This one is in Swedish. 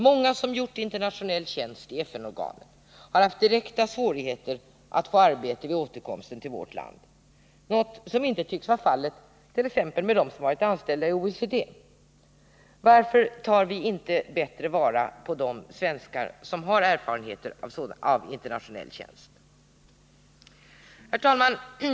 Många som gjort internationell tjänst i FN-organen har haft direkta svårigheter att få arbete vid återkomsten till vårt land — något som inte tycks vara fallet t.ex. med dem som varit anställda i OECD. Varför tar vi inte bättre vara på de svenskar som har erfarenheter av internationell tjänst? Herr talman!